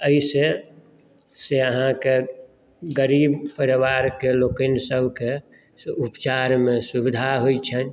एहिसँ से आहाँकेँ गरीब परिवारकेँ लोकनि सबकेँ से उपचारमे सुविधा होइत छनि